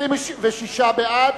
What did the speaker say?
26 בעד,